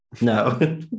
no